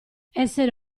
essere